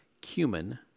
cumin